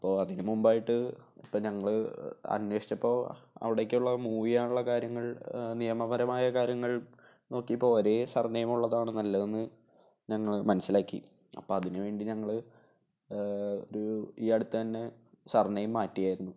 അപ്പോൾ അതിനു മുൻപായിട്ട് ഇപ്പോൾ ഞങ്ങൾ അന്വേഷിച്ചപ്പോൾ അവിടേക്കുള്ള മൂവ് ചെയ്യാനുള്ള കാര്യങ്ങള് നിയമപരമായ കാര്യങ്ങള് നോക്കിയപ്പോൾ ഒരേ സര്നെയിം ഉള്ളതാണ് നല്ലതെന്ന് ഞങ്ങള് മനസ്സിലാക്കി അപ്പോൾ അതിനു വേണ്ടി ഞങ്ങൾ ഒരു ഈ അടുത്ത് തന്നെ സര്നെയിം മാറ്റിയായിരുന്നു